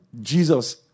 Jesus